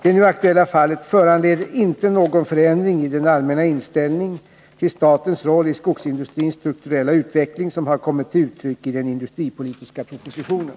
Det nu aktuella fallet föranleder inte någon förändring i den allmänna inställning till statens roll i skogsindustrins strukturella utveckling som har kommit till uttryck i den industripolitiska propositionen.